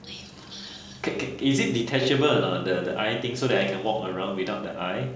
ca~ ca~ is it detachable or not the the eye thing so that I can walk around without the eye